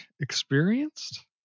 experienced